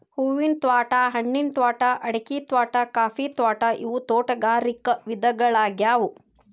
ಹೂವಿನ ತ್ವಾಟಾ, ಹಣ್ಣಿನ ತ್ವಾಟಾ, ಅಡಿಕಿ ತ್ವಾಟಾ, ಕಾಫಿ ತ್ವಾಟಾ ಇವು ತೋಟಗಾರಿಕ ವಿಧಗಳ್ಯಾಗ್ಯವು